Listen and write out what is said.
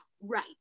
right